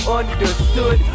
understood